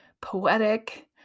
poetic